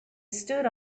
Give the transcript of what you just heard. stood